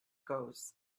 goes